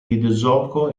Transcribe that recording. videogioco